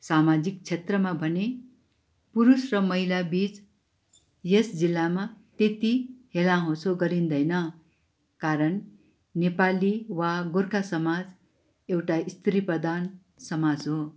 सामाजिक क्षेत्रमा भने पुरूष र महिला बीच यस जिल्लामा त्यत्ति हेला होँचो गरिँदैन कारण नेपाली वा गोर्खा समाज एउटा स्त्री प्रधान समाज हो